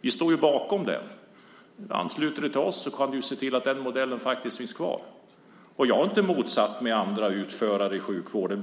Ni stod ju bakom den. Ansluter du till oss kan du se till att den modellen faktiskt finns kvar. Jag har inte motsatt mig andra utförare i sjukvården.